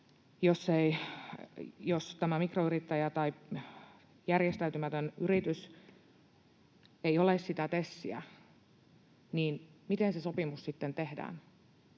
Jos mikroyrittäjällä tai järjestäytymättömällä yrityksellä ei ole sitä TESiä, niin miten se sopimus sitten tehdään,